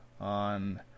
on